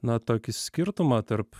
na tokį skirtumą tarp